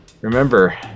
remember